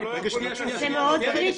זה מאוד קריטי.